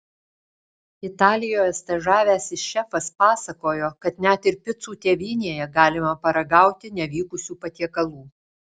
italijoje stažavęsis šefas pasakojo kad net ir picų tėvynėje galima paragauti nevykusių patiekalų